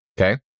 Okay